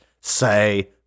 say